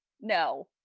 No